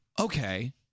okay